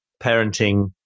parenting